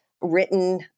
written